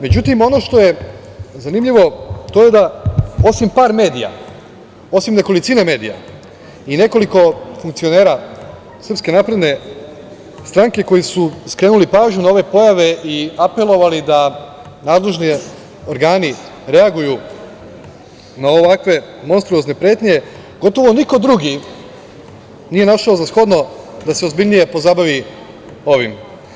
Međutim, ono što je zanimljivo to je da, osim par medija, osim nekolicine medija i nekoliko funkcionera SNS koji su skrenuli pažnju na ove pojave i apelovali da nadležni organi reaguju na ovakve monstruozne pretnje, gotovo niko drugi nije našao za shodno da se ozbiljnije pozabavi ovim.